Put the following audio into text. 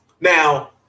Now